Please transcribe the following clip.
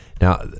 now